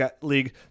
league